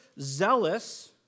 zealous